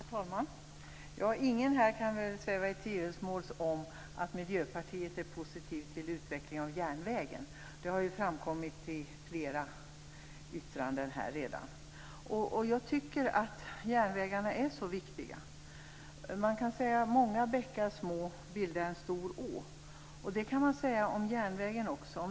Herr talman! Ingen här kan väl sväva i tvivelsmål om att vi i Miljöpartiet är positiva till utvecklingen av järnvägen. Det har framkommit i flera yttranden här redan. Järnvägarna är viktiga. Många bäckar små bildar en stor å, heter det ju. Det kan man säga om järnvägen också.